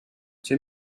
two